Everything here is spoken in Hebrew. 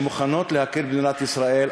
שמוכנות להכיר במדינת ישראל,